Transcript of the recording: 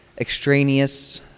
extraneous